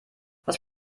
was